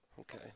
Okay